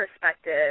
perspective